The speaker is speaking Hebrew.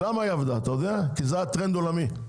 והיא עבדה כי זה היה טרנד עולמי.